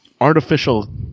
artificial